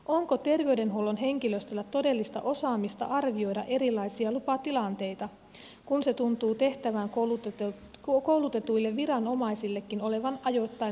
onko terveydenhuollon henkilöstöllä todellista osaamista arvioida erilaisia lupatilanteita kun se tuntuu tehtävään koulutetuille viranomaisillekin olevan ajoittain haasteellista